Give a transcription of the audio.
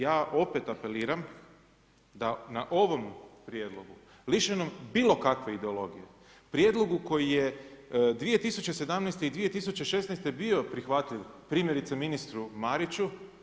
Ja opet apeliram da na ovom Prijedlogu, lišenom bilo kakve ideologije, prijedlogu koji je 2017. i 2016. bio prihvatljiv primjerice, ministru Mariću.